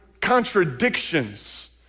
contradictions